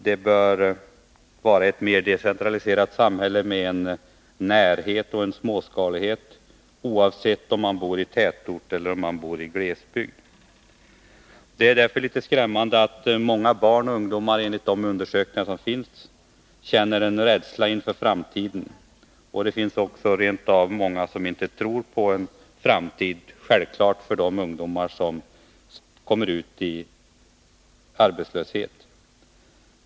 Det bör vara ett mer decentraliserat samhälle med närhet och småskalighet, oavsett om man bor i tätort eller glesbygd. Det är därför litet skrämmande att många barn och ungdomar enligt de undersökningar som gjorts känner en rädsla inför framtiden. Det finns rent av många som inte tror på en framtid. Det gäller särskilt de ungdomar som kommer ut i arbetslöshet.